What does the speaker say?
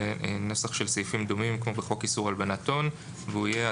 לנוסח של סעיפים דומים כמו בחוק איסור הלבנת הון והוא יהיה: